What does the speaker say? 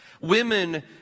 Women